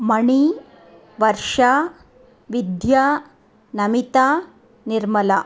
मणिः Varsha Vidya Namita Nirmala